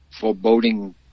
foreboding